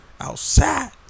Outside